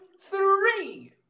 three